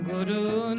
Guru